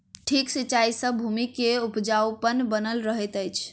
ठीक सिचाई सॅ भूमि के उपजाऊपन बनल रहैत अछि